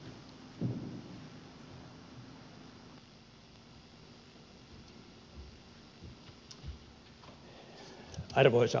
rakentava puhe